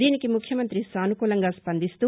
దీనికి ముఖ్యమంతి సానుకూలంగా స్పందిస్తూ